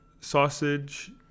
sausage